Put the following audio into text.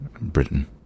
Britain